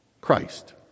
Christ